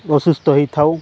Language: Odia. ଅସୁସ୍ଥ ହୋଇଥାଉ